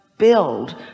build